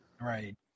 right